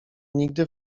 nigdy